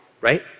Right